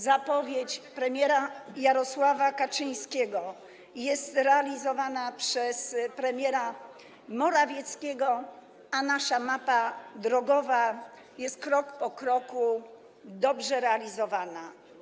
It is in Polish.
Zapowiedź premiera Jarosława Kaczyńskiego jest realizowana przez premiera Morawieckiego, a nasza mapa drogowa jest krok po kroku, dobrze realizowana.